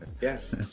Yes